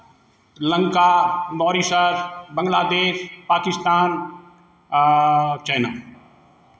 लंका मौरिसर बांग्लादेश पाकिस्तान चाइना